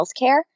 healthcare